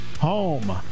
home